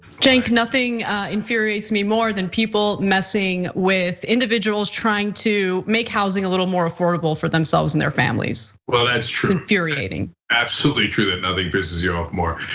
cenk, nothing infuriates me more than people messing with individuals trying to make housing a little more affordable for themselves and their families. well, that's true. it's infuriating. absolutely true, that nothing pisses you off more.